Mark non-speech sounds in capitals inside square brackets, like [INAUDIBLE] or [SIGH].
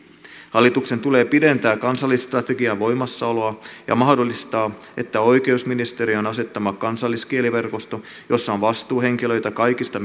hallituksen tulee pidentää kansalliskielistrategian voimassaoloa ja mahdollistaa että oikeusministeriön asettama kansalliskieliverkosto jossa on vastuuhenkilöitä kaikista [UNINTELLIGIBLE]